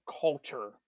culture